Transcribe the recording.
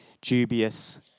dubious